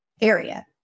area